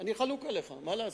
אני חלוק עליך, מה לעשות.